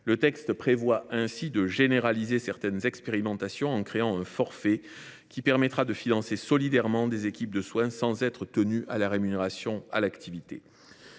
Le texte prévoit ainsi de généraliser certaines expérimentations en créant un forfait qui permettra de financer solidairement des équipes de soins sans être tenu à la rémunération à l’activité.